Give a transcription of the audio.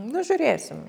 nu žiūrėsim